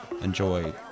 enjoy